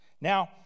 Now